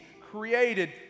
created